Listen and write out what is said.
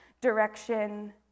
direction